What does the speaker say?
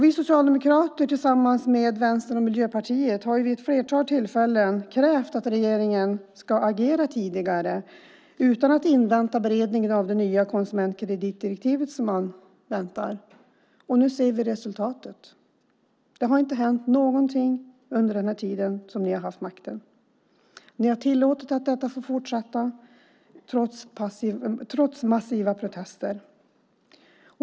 Vi socialdemokrater har tillsammans med Vänsterpartiet och Miljöpartiet vid ett flertal tillfällen krävt att regeringen ska agera tidigare utan att invänta beredningen av det nya konsumentkreditdirektivet. Nu ser vi resultatet. Det har inte hänt någonting under den tid ni har haft makten. Ni har tillåtit att detta får fortsätta trots massiva protester.